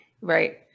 Right